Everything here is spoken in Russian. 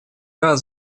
раз